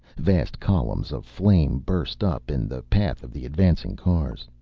vast columns of flame burst up in the path of the advancing cars.